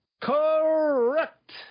Correct